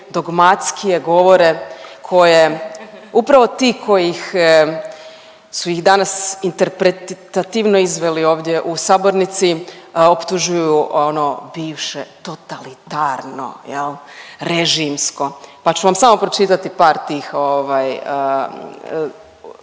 dogmatskije govore koje upravo ti koji su ih danas interpretativno izveli ovdje u sabornici optužuju ono bivše totalitarno, jel' režimsko pa ću vam samo pročitati par tih